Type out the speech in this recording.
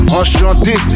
enchanté